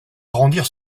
arrondir